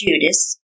Judas